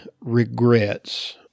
regrets